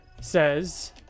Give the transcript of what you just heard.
says